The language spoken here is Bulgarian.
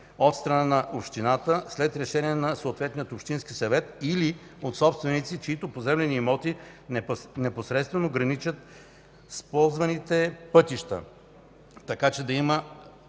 от страна на общината, след решение на съответния Общински съвет, или от собственици, чиито поземлени имоти непосредствено граничат с ползваните пътища, така че да имат